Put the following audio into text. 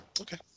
Okay